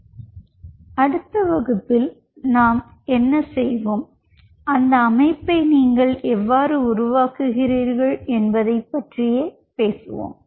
எனவே அடுத்த வகுப்பில் நாங்கள் என்ன செய்வோம் அந்த அமைப்பை நீங்கள் எவ்வாறு உருவாக்குகிறீர்கள் என்பதைப் பற்றி பேசுவோம்